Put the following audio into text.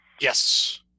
Yes